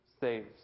saves